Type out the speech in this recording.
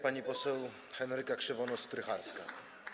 Pani poseł Henryka Krzywonos-Strycharska.